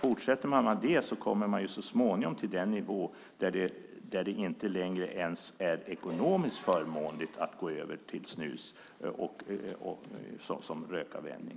Fortsätter man med detta kommer man ju så småningom till den nivå där det inte ens är ekonomiskt fördelaktigt att gå över till snus som rökavvänjning.